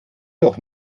doch